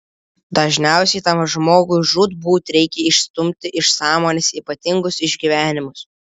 dažniausiai tam žmogui žūtbūt reikia išstumti iš sąmonės ypatingus išgyvenimus